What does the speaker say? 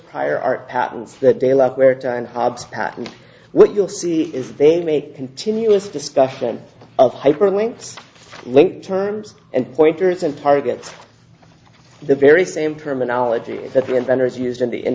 patent what you'll see is they make continuous discussion of hyperlinks link terms and pointers and target the very same terminology that the inventors used in the in